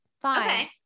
fine